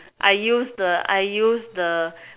I use the I use the